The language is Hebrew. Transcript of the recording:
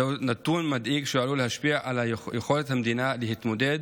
זה נתון מדאיג שעלול להשפיע על יכולת המדינה להתמודד